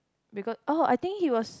becau~ oh I think he was